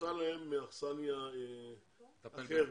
נמצא להם אכסניה אחרת,